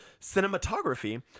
Cinematography